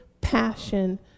passion